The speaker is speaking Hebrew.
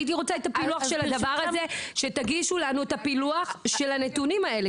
הייתי רוצה שתגישו לנו את פילוח הנתונים של הדבר זה.